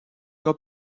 cas